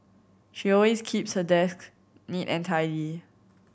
she always keeps her desks neat and tidy